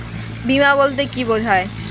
বিমা বলতে কি বোঝায়?